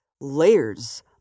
layers